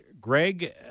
Greg